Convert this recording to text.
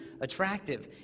attractive